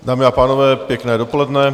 Dámy a pánové, pěkné dopoledne.